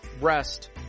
rest